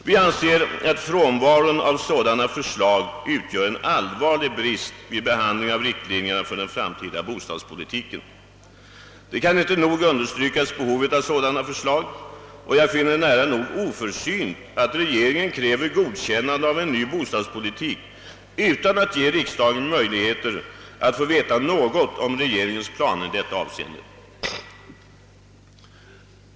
Vi anser att detta utgör en allvarlig brist vid behandlingen av riktlinjerna för den framtida bostadspolitiken. Behovet av sådana förslag kan inte nog understrykas. Jag finner det nära nog oförsynt att regeringen kräver godkännande av en ny bostadspolitik utan att ge riksdagen möjligheter att få veta något om regeringens planer i detta avseende.